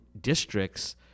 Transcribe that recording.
districts